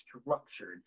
structured